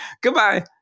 Goodbye